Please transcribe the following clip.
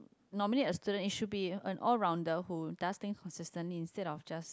normally a student it should be an all rounder who does thing consistently instead of just